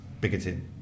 bigoted